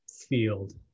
field